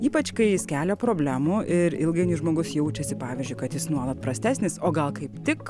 ypač kai jis kelia problemų ir ilgainiui žmogus jaučiasi pavyzdžiui kad jis nuolat prastesnis o gal kaip tik